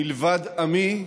מלבד עמי,